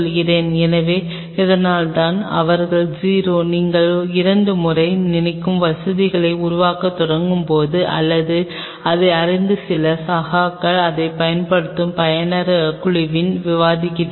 எனவே அதனால்தான் அவர்கள் 0 நீங்கள் இரண்டு முறை நினைக்கும் வசதியை உருவாக்கத் தொடங்கும் போது அல்லது அதை அறிந்த சில சகாக்கள் அதைப் பயன்படுத்தும் பயனர் குழுவில் விவாதிக்கிறார்கள்